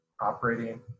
operating